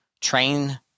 train